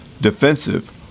defensive